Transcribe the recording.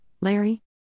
larry